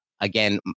again